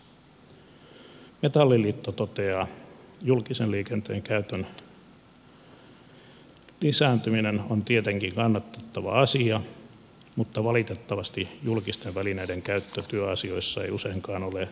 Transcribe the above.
metalliliitto toteaa että julkisen liikenteen käytön lisääntyminen on tietenkin kannatettava asia mutta valitettavasti julkisten välineiden käyttö työasioissa ei useinkaan ole realismia